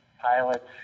pilots